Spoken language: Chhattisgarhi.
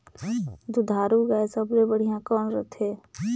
दुधारू गाय सबले बढ़िया कौन रथे?